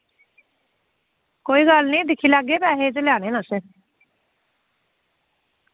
कोई गल्ल निं दिक्खी लैगे पैसे ते लैने न असें